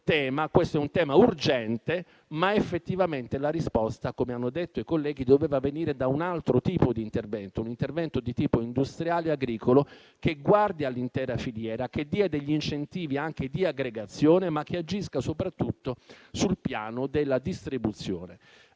sleale, è un tema urgente. Ma effettivamente la risposta - come hanno detto i colleghi - doveva venire da un altro tipo di intervento, un intervento di tipo industriale-agricolo, che guardi all'intera filiera, che dia degli incentivi di aggregazione, ma che agisca soprattutto sul piano della distribuzione.